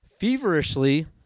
feverishly